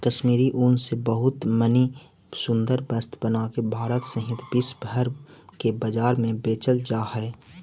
कश्मीरी ऊन से बहुत मणि सुन्दर वस्त्र बनाके भारत सहित विश्व भर के बाजार में बेचल जा हई